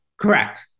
Correct